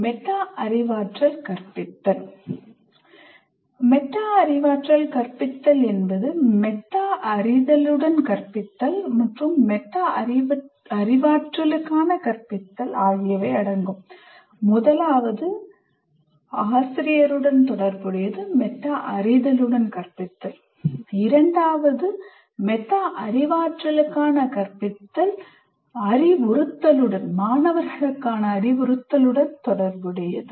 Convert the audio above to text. meta அறிவாற்றல் கற்பித்தல் meta அறிவாற்றல் கற்பித்தல் என்பது 'மெட்டா அறிதலுடன்' கற்பித்தல் மற்றும் மெட்டா அறிவாற்றலுக்கான 'கற்பித்தல்' ஆகியவை அடங்கும் முதலாவது ஆசிரியருடன் தொடர்புடையது இரண்டாவதாக அறிவுறுத்தலுடன் தொடர்புடையது